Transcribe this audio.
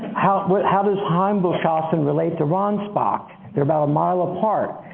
how does heimboldshausen relate to ransbach? they're about a mile apart.